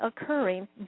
occurring